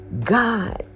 God